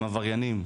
הם עבריינים,